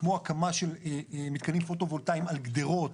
כמו הקמה של מתקנים פוטו-וולטאים על גדרות,